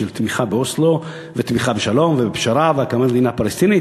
של תמיכה באוסלו ותמיכה בשלום ובפשרה ובהקמת מדינה פלסטינית,